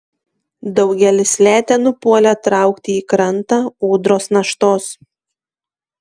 daugelis letenų puolė traukti į krantą ūdros naštos